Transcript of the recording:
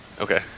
Okay